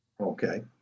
Okay